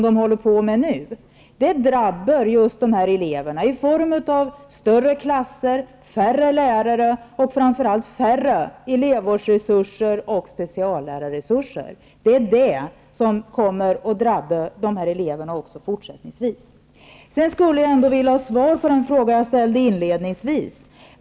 Det drabbar just dessa elever i form av större klasser, färre lärare och framför allt färre elevvårds och speciallärarresurser. Det är detta som fortsättningsvis kommer att drabba dessa elever. Jag skulle vilja ha svar på den fråga jag ställde inledningsvis.